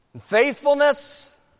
faithfulness